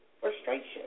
frustration